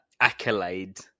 accolade